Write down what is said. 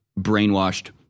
brainwashed